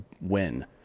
win